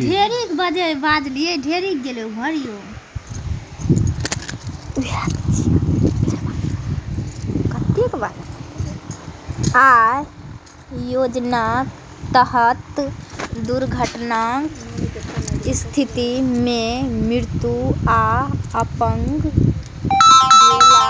अय योजनाक तहत दुर्घटनाक स्थिति मे मृत्यु आ अपंग भेला